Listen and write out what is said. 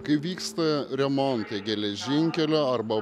kai vyksta remontai geležinkelio arba